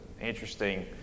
interesting